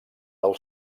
del